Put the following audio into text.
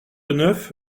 neuf